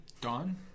Dawn